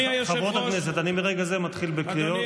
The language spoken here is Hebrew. חברות הכנסת, מרגע זה אני מתחיל בקריאות.